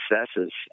successes